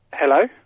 Hello